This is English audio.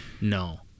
No